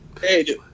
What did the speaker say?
Hey